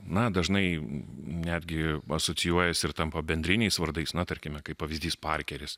na dažnai netgi asocijuojasi ir tampa bendriniais vardais na tarkime kaip pavyzdys parkeris